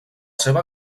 seva